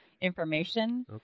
information